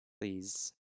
Please